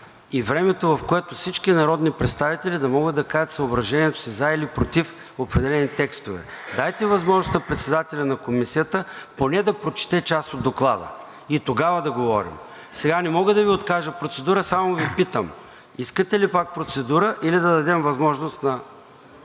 и времето, в което всички народни представители да могат да кажат съображението си за или против определени текстове. Дайте възможност на председателя на Комисията поне да прочете част от Доклада и тогава да говорим. Не мога да Ви откажа процедура, само Ви питам: искате ли пак процедура, или да дадем възможност на